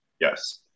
Yes